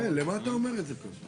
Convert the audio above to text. כן, למה אתה אומר את זה כל פעם.